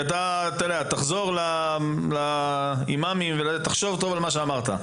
אתה תחזור לאימאם ותחשוב טוב על מה שאמרת.